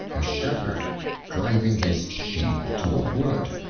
a shepherd driving his sheep to a wood,